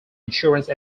insurance